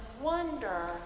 wonder